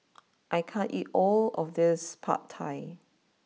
I can't eat all of this Pad Thai